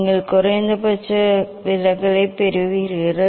நீங்கள் குறைந்தபட்ச விலகலைப் பெறுவீர்கள்